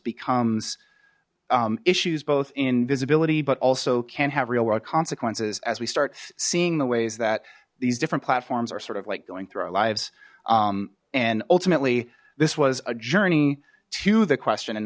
becomes issues both in visibility but also can have real world consequences as we start seeing the ways that these different platforms are sort of like going through our lives and ultimately this was a journey to the question and